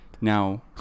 Now